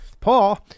Paul